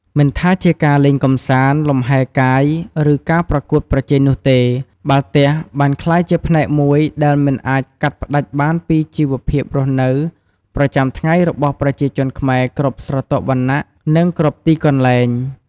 មិនថាជាការលេងកម្សាន្ត លំហែរកាយ ឬការប្រកួតប្រជែងនោះទេ បាល់ទះបានក្លាយជាផ្នែកមួយដែលមិនអាចកាត់ផ្ដាច់បានពីជីវភាពរស់នៅប្រចាំថ្ងៃរបស់ប្រជាជនខ្មែរគ្រប់ស្រទាប់វណ្ណៈ និងគ្រប់ទីកន្លែង។